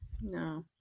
No